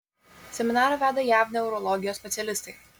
seminarą veda jav neurologijos specialistai